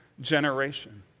generation